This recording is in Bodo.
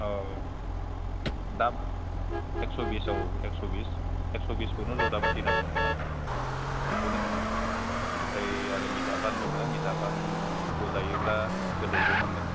औ दा एक्स'बिसआव एक्स'बिस एक्स'बिसखौनो जरदापाथि होनना बुङो नामा बेखौनो होनो आमफ्राय आरो मिटा फान दंना मिटाफानखौ जायोब्ला गोदैल' मोनगोन